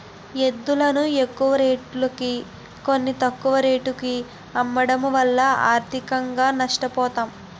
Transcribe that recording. ఎద్దులును ఎక్కువరేటుకి కొని, తక్కువ రేటుకు అమ్మడము వలన ఆర్థికంగా నష్ట పోతాం